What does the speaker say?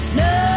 no